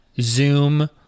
Zoom